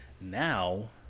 Now